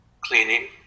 cleaning